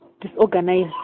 disorganized